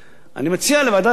אני מציע לוועדת הכלכלה,